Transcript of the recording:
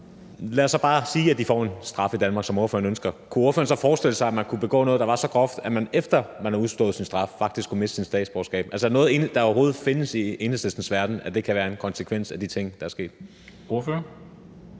Lad os så bare sige, at de får en straf i Danmark, som ordføreren ønsker. Kunne ordføreren så forestille sig, at man kunne begå noget, der var så groft, at man efter udstået straf faktisk kunne miste sit statsborgerskab? Er det noget, der overhovedet findes i Enhedslistens verden, at det kan være en konsekvens af de ting, der er sket?